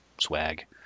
swag